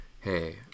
hey